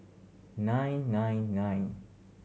nine nine nine